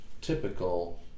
typical